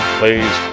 plays